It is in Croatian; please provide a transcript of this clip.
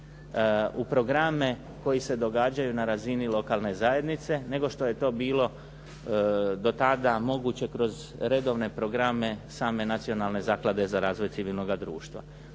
u programe koji se događaju na razini lokalne zajednice nego što je to bilo do tada moguće kroz redovne programe same Nacionalne zaklade za razvoj civilnoga društva.